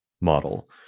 model